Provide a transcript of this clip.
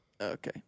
Okay